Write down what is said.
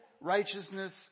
righteousness